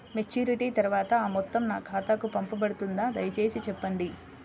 Maturity తర్వాత ఆ మొత్తం నా ఖాతాకు పంపబడుతుందా? దయచేసి చెప్పండి?